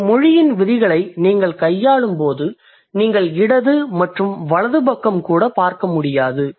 ஒரு மொழியின் விதிகளை நீங்கள் கையாளும்போது நீங்கள் இடது மற்றும் வலது பக்கம் கூட பார்க்க முடியாது